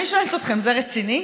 אני שואלת אתכם: זה רציני?